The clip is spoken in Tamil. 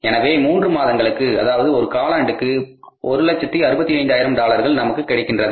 எனவே மூன்று மாதங்களுக்கு அதாவது ஒரு காலாண்டுக்கு 165000 டாலர்கள் நமக்கு கிடைக்கின்றது